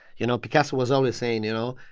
you know, picasso was always saying, you know,